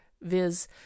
viz